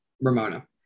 Ramona